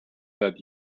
that